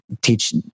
teach